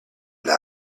that